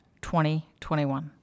2021